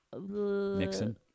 Nixon